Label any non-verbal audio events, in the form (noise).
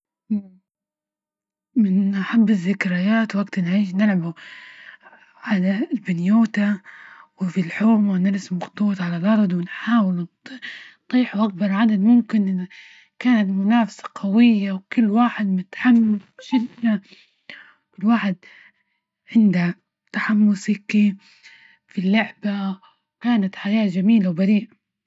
مم من أحب الزكريات وقت النهاية نلعب على البنيوتة، وفي الحومة ونرسم على الأرض ، ونحاول نطيحو أكبر عدد ممكن (hesitation) كان منافسة قوية وكل واحد متحمس (noise) جدا كل واحد عنده تحمس هكي في اللعبة، وكانت حياة جميلة وبريء.